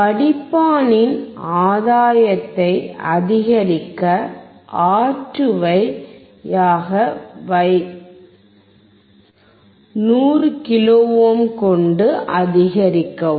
வடிப்பானின் ஆதாயத்தை அதிகரிக்க R2வை ஆக வைக்கவோ 100 கிலோ ஓம் கொண்டு அதிகரிக்கவும்